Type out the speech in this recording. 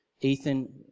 Ethan